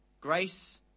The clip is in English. Grace